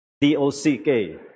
D-O-C-K